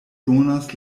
donas